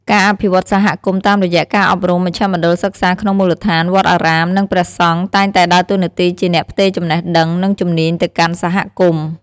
ការអភិវឌ្ឍសហគមន៍តាមរយៈការអប់រំមជ្ឈមណ្ឌលសិក្សាក្នុងមូលដ្ឋាន វត្តអារាម និងព្រះសង្ឃតែងតែដើរតួនាទីជាអ្នកផ្ទេរចំណេះដឹង និងជំនាញទៅកាន់សហគមន៍។